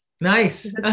Nice